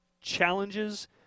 challenges